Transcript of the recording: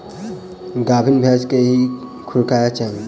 गाभीन भैंस केँ की खुएबाक चाहि?